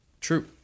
True